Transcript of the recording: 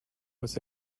was